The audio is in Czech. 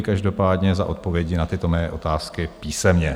Každopádně děkuji za odpovědi na tyto mé otázky písemně.